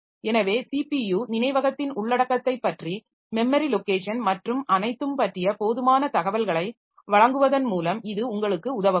எனவே ஸிபியு நினைவகத்தின் உள்ளடக்கத்தைப் பற்றி மெமரி லொக்கேஷன் மற்றும் அனைத்தும் பற்றிய போதுமான தகவல்களை வழங்குவதன் மூலம் இது உங்களுக்கு உதவக்கூடும்